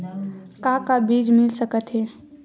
का का बीज मिल सकत हे?